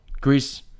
Greece